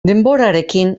denborarekin